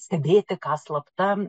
stebėti ką slapta